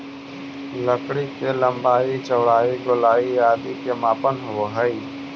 लकड़ी के लम्बाई, चौड़ाई, गोलाई आदि के मापन होवऽ हइ